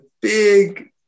big